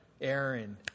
Aaron